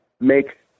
make